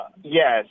Yes